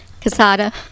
Casada